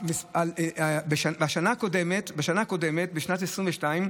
בשנה הקודמת, בשנת 2022,